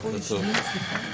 ברוכים המתכנסים והמתכנסות.